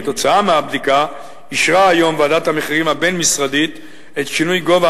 כתוצאה מהבדיקה אישרה היום ועדת המחירים הבין-משרדית את שינוי גובה